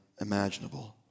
imaginable